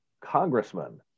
congressman